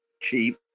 cheap